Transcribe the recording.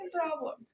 problem